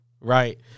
right